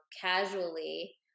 casually